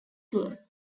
tour